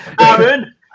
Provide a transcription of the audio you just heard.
Aaron